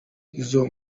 izo